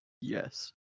Yes